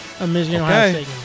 Okay